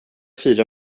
fira